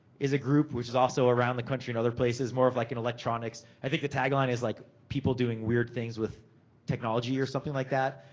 is a group. which is also around the country in other places, more of like an electronics. i think the tagline is like people doing weird things with technology, or something like that.